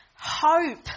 hope